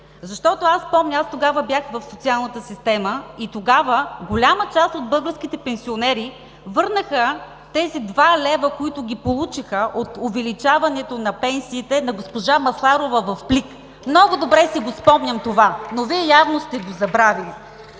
2008 г. Помня, тогава бях в социалната система, голяма част от българските пенсионери върнаха тези два лева, които получиха от увеличаването на пенсиите от госпожа Масларова – в плик. Много добре си спомням това, но Вие явно сте го забравили.